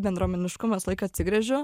bendruomeniškumą visąlaik atsigręžiu